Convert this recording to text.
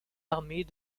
armées